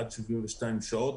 עד 72 שעות.